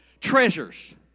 treasures